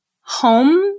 home